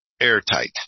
airtight